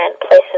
places